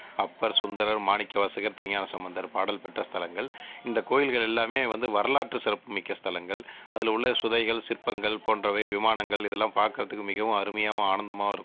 அப்பர் சுந்தரர் மாணிக்கவாசகர் திருஞானசம்பந்தர் பாடல் பெற்ற ஸ்தலங்கள் இந்தக் கோயில்கள் எல்லாமே வந்து வரலாற்று சிறப்புமிக்க ஸ்தலங்கள் அதில் உள்ள சுதைகள் சிற்பங்கள் போன்றவை விமானங்கள் இதெல்லாம் பார்க்கறதுக்கு மிகவும் அருமையாகவும் ஆனந்தமாகவும் இருக்கும்